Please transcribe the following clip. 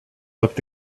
looked